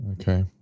Okay